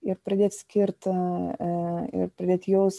ir pradėt skirt ir pradėt jaust